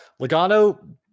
Logano